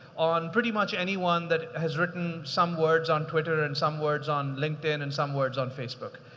on pretty much anyone that has written some words on twitter and some words on linkedin and some words on facebook.